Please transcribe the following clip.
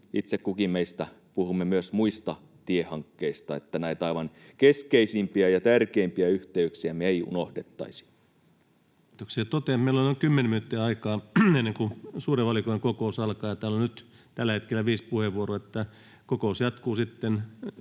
itse kukin meistä puhuu myös muista tiehankkeista, että näitä aivan keskeisimpiä ja tärkeimpiä yhteyksiä me ei unohdettaisi. Kiitoksia. — Totean, että meillä on noin 10 minuuttia aikaa, ennen kuin suuren valiokunnan kokous alkaa, ja täällä on nyt tällä hetkellä viisi puheenvuoropyyntöä. Kokous jatkuu sitten,